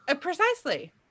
Precisely